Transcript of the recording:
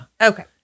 Okay